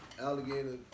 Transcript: alligator